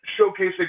showcasing